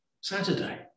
Saturday